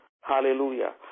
Hallelujah